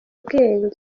ubwenge